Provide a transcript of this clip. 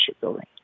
building